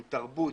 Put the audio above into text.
עם תרבות.